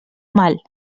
mal